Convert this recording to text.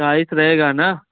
tiles रहेगा ना